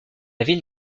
ville